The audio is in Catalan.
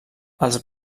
els